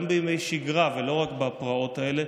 גם בימי שגרה ולא רק בפרעות האלה,